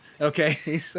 Okay